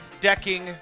decking